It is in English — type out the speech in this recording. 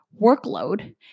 workload